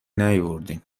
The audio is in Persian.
نیاوردیم